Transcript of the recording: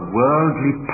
worldly